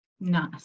Nice